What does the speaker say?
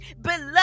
beloved